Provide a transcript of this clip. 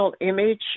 image